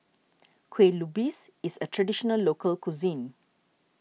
Kueh Lupis is a Traditional Local Cuisine